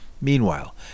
Meanwhile